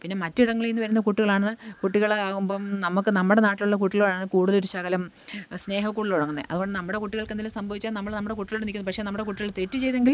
പിന്നെ മറ്റിടങ്ങളിൽ നിന്ന് വരുന്ന കുട്ടികളാണ് കുട്ടികളാകുമ്പം നമുക്ക് നമ്മുടെ നാട്ടിലുള്ള കുട്ടികളോടാണ് കൂടുതൽ ഒരു ശകലം സ്നേഹക്കൂടുതൽ തുടങ്ങുന്നത് അതുകൊണ്ട് നമ്മുടെ കുട്ടികൾക്ക് എന്തേലും സംഭവിച്ചാൽ നമ്മൾ നമ്മുടെ കുട്ടികളൂടെ നിൽക്കുന്നു പക്ഷേ നമ്മുടെ കുട്ടികൾ തെറ്റ് ചെയ്തെങ്കിൽ